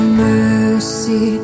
mercy